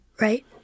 Right